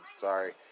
sorry